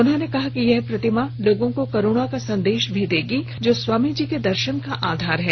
उन्होंने कहा कि यह प्रतिमा लोगों को करुणा का संदेश भी देगी जो स्वामीजी के दर्शन का आधार है